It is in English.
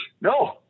No